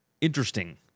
interesting